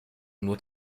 nur